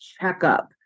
checkup